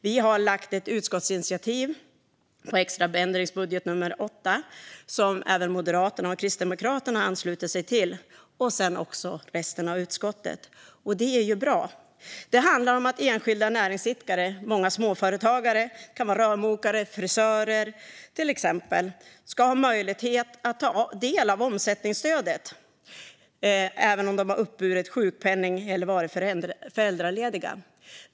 Vi lade fram ett utskottsinitiativ i samband med extra ändringsbudget nummer 8 som först Moderaterna och Kristdemokraterna anslöt sig till och sedan också resten av utskottet, vilket var bra. Det handlar om att enskilda näringsidkare och småföretagare - det kan vara rörmokare, frisörer och så vidare - ska ha möjlighet att ta del av omsättningsstödet även om de uppburit sjukpenning eller varit föräldralediga.